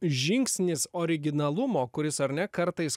žingsnis originalumo kuris ar ne kartais